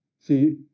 See